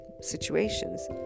situations